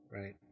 right